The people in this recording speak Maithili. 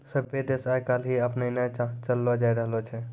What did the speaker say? सभ्भे देश आइ काल्हि के अपनैने चललो जाय रहलो छै